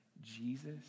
Jesus